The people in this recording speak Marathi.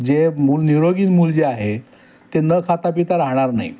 जे मूल निरोगी मूल जे आहे ते न खातापिता राहणार नाही